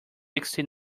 sixty